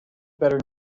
better